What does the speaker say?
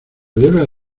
debes